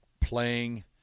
playing